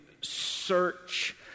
Search